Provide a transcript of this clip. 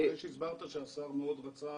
אחרי שהסברת שהשר מאוד רצה